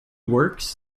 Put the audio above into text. works